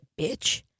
bitch